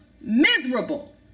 miserable